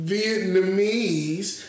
Vietnamese